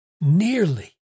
nearly